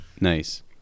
Nice